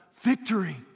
victory